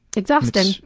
exhausting.